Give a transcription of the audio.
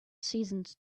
seasons